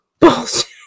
Bullshit